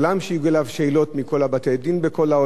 הגיעו אליו שאלות מכל בתי-הדין בכל העולם,